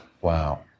Wow